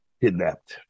kidnapped